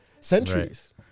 centuries